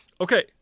Okay